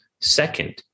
Second